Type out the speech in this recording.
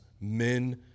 men